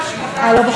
אה, לא בחוק הזה.